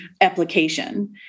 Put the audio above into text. application